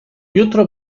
jutro